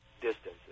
distances